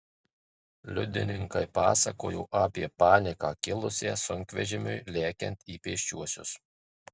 liudininkai pasakojo apie paniką kilusią sunkvežimiui lekiant į pėsčiuosius